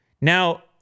Now